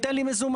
תן לי מזומן.